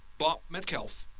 bob metcalfe.